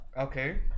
Okay